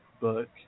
book